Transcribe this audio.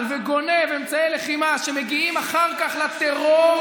וגונב אמצעי לחימה שמגיעים אחר כך לטרור,